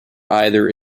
either